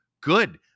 Good